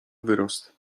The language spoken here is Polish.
wyrost